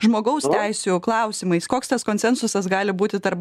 žmogaus teisių klausimais koks tas konsensusas gali būti tarp